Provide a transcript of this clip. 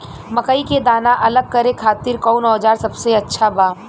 मकई के दाना अलग करे खातिर कौन औज़ार सबसे अच्छा बा?